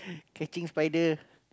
catching spider